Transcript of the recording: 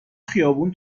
خیابون